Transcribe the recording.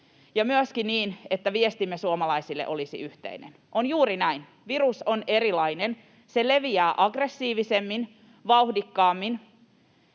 ja myöskin että viestimme suomalaisille olisi yhteinen. On juuri näin: virus on erilainen, se leviää aggressiivisemmin, vauhdikkaammin,